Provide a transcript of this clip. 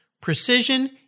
precision